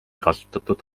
kasutatud